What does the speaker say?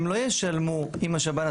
הם לא ישלמו אם השב"ן,